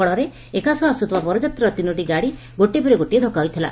ଫଳରେ ଏକା ସହ ଆସୁଥିବା ବରଯାତ୍ରୀ ତିନୋଟି ଗାଡି ଗୋଟିଏ ପରେ ଗୋଟିଏ ଧକ୍ଷ ହୋଇଥିଲା